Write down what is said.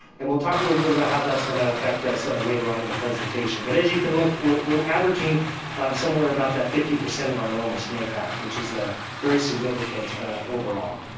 and we'll talk a little bit about how that's gonna affect us later on in the presentation. but as you can look, we're averaging somewhere about that fifty percent of our normal snow pack, which is a very significant overall.